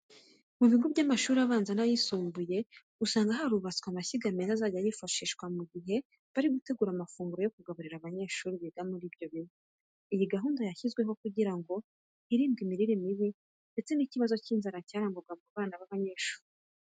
Mu bigo by'amashuri abanza n'ayisumbuye, usanga harubatswe amashyiga meza azajya yifashishwa mu gihe bari gutegura amafunguro yo kugaburira abanyeshuri biga muri ibyo bigo. Iyi gahunda yashyizweho kugira ngo hirindwe imirire mibi ndetse n'ikibazo cy'inzara cyarangwaga mu bigo by'amashuri.